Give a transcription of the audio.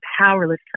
powerless